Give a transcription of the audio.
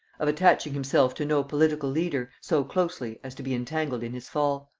of attaching himself to no political leader, so closely as to be entangled in his fall.